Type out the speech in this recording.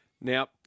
Now